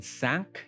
sank